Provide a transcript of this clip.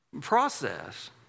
process